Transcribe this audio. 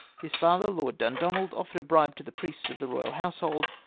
his father. lord dundonald, offered a bribe to the priests of the royal household,